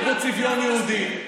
יהיה פה צביון יהודי,